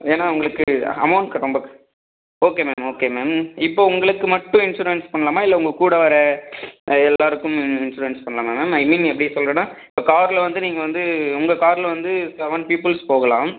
ஏன்னா உங்களுக்கு அமௌண்ட்க்கு ரொம்ப ஓகே மேம் ஓகே மேம் இப்போ உங்களுக்கு மட்டும் இன்சூரன்ஸ் பண்ணலாமா இல்லை உங்கள் கூட வர எல்லாருக்குமே இன்சூரன்ஸ் பண்ணலாமா மேம் ஐ மீன் எப்படி சொல்லுறேனா இப்போ காரில் வந்து நீங்கள் வந்து உங்கள் காரில் வந்து செவன் பீப்புள்ஸ் போகலாம்